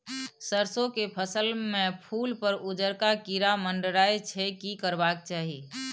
सरसो के फसल में फूल पर उजरका कीरा मंडराय छै की करबाक चाही?